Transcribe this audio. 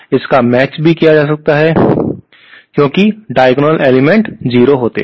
इसका मेचड़ भी किया जाता है क्योंकि डायगोनल एलिमेंट 0 होते हैं